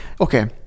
Okay